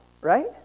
right